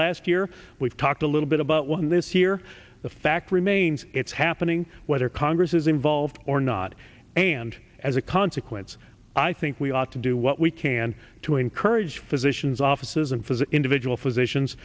last year we've talked a little bit about one this year the fact remains it's happening whether congress is involved or not and as a consequence i think we ought to do what we can to encourage physicians offices and physically individual physicians